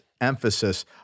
emphasis